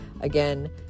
Again